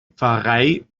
pfarrei